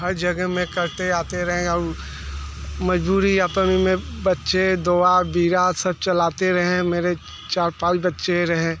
हर जगह में करते आते रहें और मजबूरी अपन में बच्चे दोआ बिरा सब चलाते रहें मेरे चार पाँच बच्चे रहें